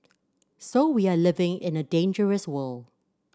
so we are living in a dangerous world